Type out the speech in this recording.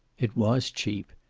it was cheap.